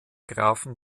grafen